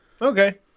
Okay